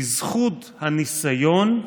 בזכות הניסיון,